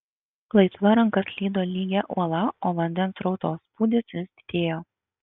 laisva ranka slydo lygia uola o vandens srauto spūdis vis didėjo